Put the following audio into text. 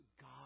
God